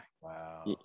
Wow